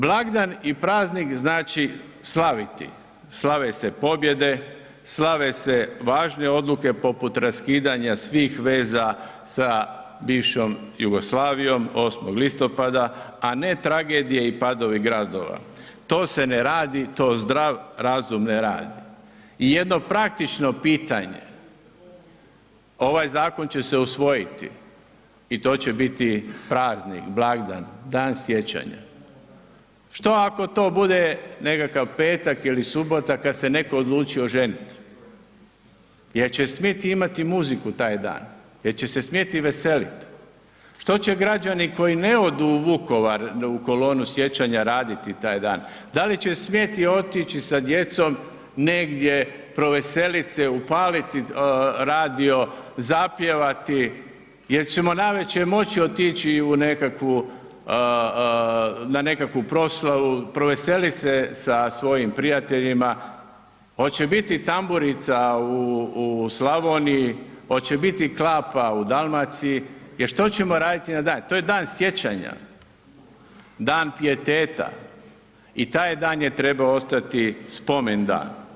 Blagdan i praznik znači slaviti, slave se pobjede, slave se važne odluke poput raskidanja svih veza sa bivšom Jugoslavijom 8. listopada, a ne tragedije i padovi gradova, to se ne radi, to zdrav razum ne radi i jedno praktično pitanje, ovaj zakon će se usvojiti i to će biti praznik, blagdan, Dan sjećanja, što ako to bude nekakav petak ili subota kad se netko odlučio ženit, jel će smit imati muziku taj dan, jel će se smjeti veselit, što će građani koji ne odu u Vukovar, u kolonu sjećanja, raditi taj dan, da li će smjeti otići sa djecom negdje proveselit se, upaliti radio, zapjevati, jel ćemo navečer moći otići u nekakvu, na nekakvu proslavu, proveselit se sa svojim prijateljima, hoće biti tamburica u, u Slavoniji, hoće biti klapa u Dalmaciji, jel što ćemo raditi na dan, to je Dan sjećanja, dan pieteta i taj dan je trebao ostati spomen dan.